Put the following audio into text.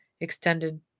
extended